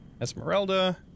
Esmeralda